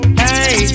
hey